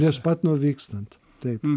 prieš pat nuvykstant taip